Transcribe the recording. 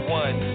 one